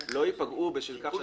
לא ייפגעו בשל כך שאנחנו